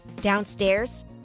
Downstairs